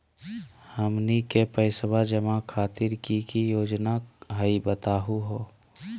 हमनी के पैसवा जमा खातीर की की योजना हई बतहु हो?